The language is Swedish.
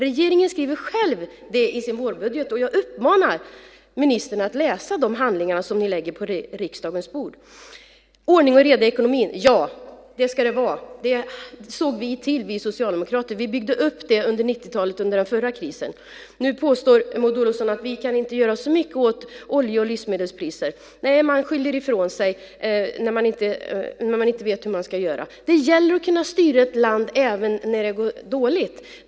Regeringen skriver det själv i sin vårbudget. Jag uppmanar ministern att läsa de handlingar som ni lägger på riksdagens bord. Ja, det ska vara ordning och reda i ekonomin. Det såg vi socialdemokrater till. Vi byggde upp det under 90-talet, under den förra krisen. Nu påstår Maud Olofsson att vi inte kan göra så mycket åt olje och livsmedelspriser. Nej, man skyller ifrån sig när man inte vet hur man ska göra. Det gäller att kunna styra ett land även när det går dåligt.